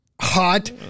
Hot